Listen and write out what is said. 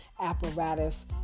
apparatus